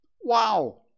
wow